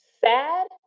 sad